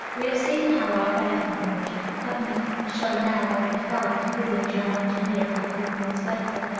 we have seen how i fared on the bridge let me show now what befell this brilliant young engineer a couple of months later,